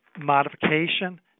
modification